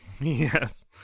Yes